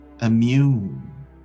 immune